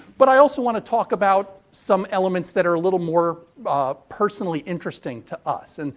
but i also want to talk about some elements that are a little more personally interesting to us. and